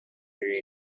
very